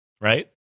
Right